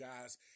guys